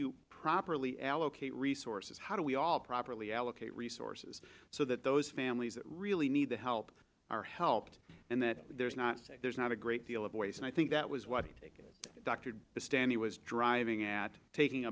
you properly allocate resources how do we all properly allocate resources so that those families really need the help are helped and that there's not there's not a great deal of ways and i think that was why the ticket dr stanley was driving at taking